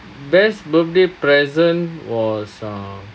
best birthday present was uh